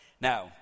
now